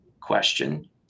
question